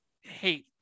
hate